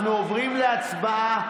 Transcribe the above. אנחנו עוברים להצבעה.